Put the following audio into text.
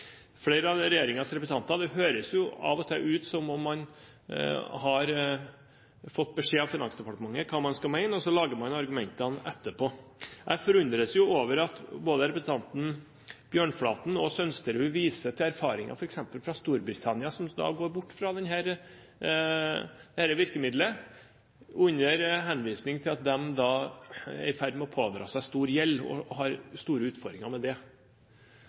flere av regjeringens representanter. Det høres av og til ut som om man har fått beskjed av Finansdepartementet hva man skal mene, og så lager man argumentene etterpå. Jeg forundres over at både representantene Bjørnflaten og Sønsterud viser til erfaringer f.eks. fra Storbritannia, som går bort fra dette virkemiddelet under henvisning til at de er i ferd med å pådra seg stor gjeld og har store utfordringer med det.